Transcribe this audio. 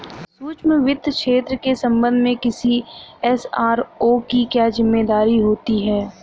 सूक्ष्म वित्त क्षेत्र के संबंध में किसी एस.आर.ओ की क्या जिम्मेदारी होती है?